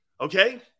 Okay